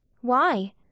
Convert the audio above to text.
Why